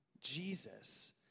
Jesus